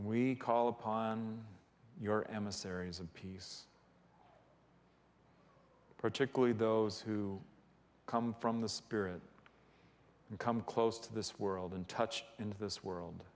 we call upon your emissaries of peace particularly those who come from the spirit and come close to this world and touch into this world